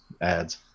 ads